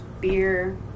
beer